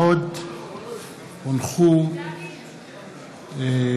הצעת חוק יום